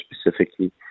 specifically